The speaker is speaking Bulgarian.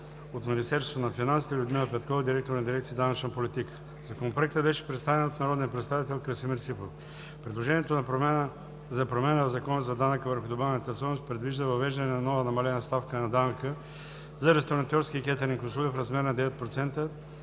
от Министерството на финансите – Людмила Петкова, директор на дирекция „Данъчна политика“. Законопроектът беше представен от народния представител Красимир Ципов. Предложението за промяна в Закона за данъка върху добавената стойност предвижда въвеждане на нова намалена ставка на данъка за ресторантьорски и кетъринг услуги в размер на 9%,